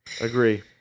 Agree